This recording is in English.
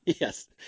Yes